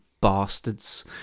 bastards